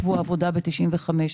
תעשו את זה בתקנות הקודמות.